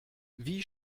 wie